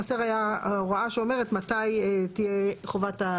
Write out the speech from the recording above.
חסר היה הוראה שאומרת מתי תהיה חובת,